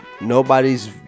Nobody's